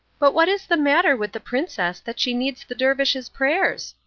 but what is the matter with the princess that she needs the dervish's prayers?